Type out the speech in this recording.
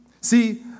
See